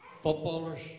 footballers